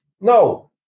No